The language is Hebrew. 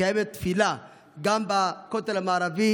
מתקיימת תפילה גם בכותל המערבי